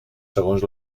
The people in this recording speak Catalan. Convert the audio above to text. segons